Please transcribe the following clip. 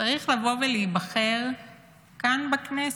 צריך לבוא ולהיבחר כאן בכנסת?